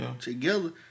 together